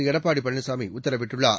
எடப்பாடி பழனிசாமி உத்தரவிட்டுள்ளார்